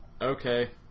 okay